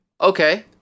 Okay